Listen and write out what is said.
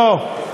לא.